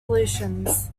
solutions